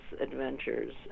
adventures